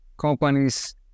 companies